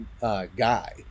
guy